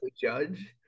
judge